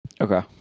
Okay